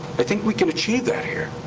i think we can achieve that here.